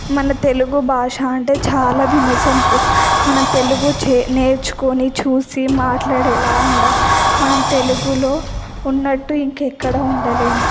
మన తెలుగు భాష అంటే చాలా వినసొంపు మనం తెలుగు చే నేర్చుకొని చూసి మాట్లాడేలా ఉండాలి మనం తెలుగులో ఉన్నట్లు ఇంకెక్కడా ఉండలేము